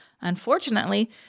Unfortunately